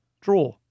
Draw